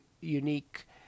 unique